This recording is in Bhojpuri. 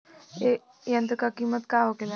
ए यंत्र का कीमत का होखेला?